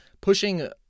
pushing